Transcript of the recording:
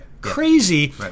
crazy